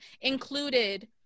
included